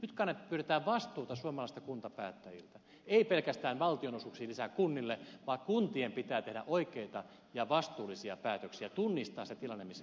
nyt pyydetään vastuuta suomalaisilta kuntapäättäjiltä ei pelkästään valtionosuuksia lisää kunnille vaan kuntien pitää tehdä oikeita ja vastuullisia päätöksiä tunnistaa se tilanne missä ne elävät